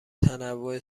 تنوع